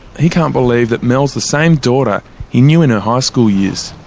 he can't believe that mel's the same daughter he knew in her high school years.